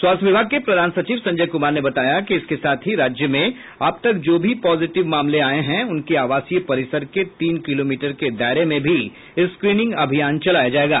स्वास्थ्य विभाग के प्रधान सचिव संजय कुमार ने बताया कि इसके साथ ही राज्य में अब तक जो भी पॉजिटिव मामले आये हैं उनके आवासीय परिसर के तीन किलोमीटर के दायरे में भी स्क्रीनिंग अभियान चलाया जायेगा